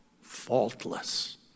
faultless